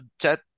chat